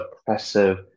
oppressive